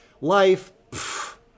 life